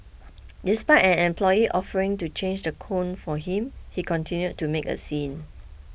despite an employee offering to change the cone for him he continued to make a scene